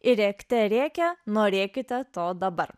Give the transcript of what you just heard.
ir rėkte rėkia norėkite to dabar